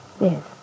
Yes